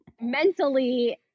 mentally